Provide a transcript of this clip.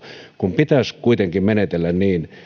pitäisi kuitenkin menetellä niin se on